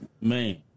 Man